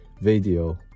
video